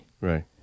Right